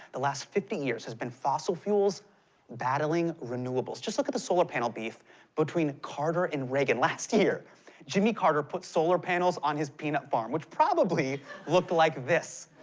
the last fifty years has been fossil fuels battling renewables. just look at the solar panel beef between carter and reagan. last year jimmy carter put solar panels on his peanut farm, which probably looked like this.